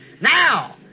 Now